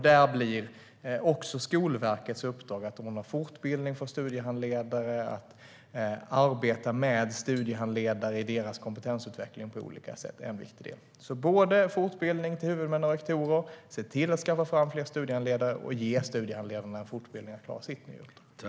Där blir Skolverkets uppdrag att anordna fortbildning för studiehandledare och att arbeta med studiehandledare i deras kompetensutveckling på olika sätt. Det är en viktig del. Det handlar om fortbildning till huvudmän och rektorer, att se till att skaffa fram fler studiehandledare och att ge studiehandledarna fortbildning för att klara sitt nya uppdrag.